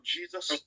Jesus